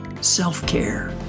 self-care